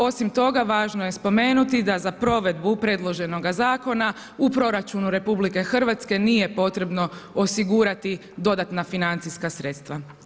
Osim toga, važno je spomenuti, da za provedbu, predloženoga zakona u proračunu RH, nije potrebno osigurati dodatna financijska sredstva.